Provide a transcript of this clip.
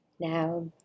Now